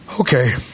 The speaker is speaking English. Okay